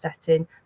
setting